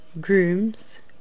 grooms